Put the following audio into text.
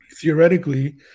theoretically